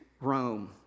Rome